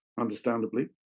understandably